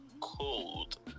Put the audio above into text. cold